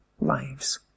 lives